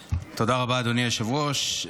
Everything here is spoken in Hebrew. רבה, אדוני היושב-ראש.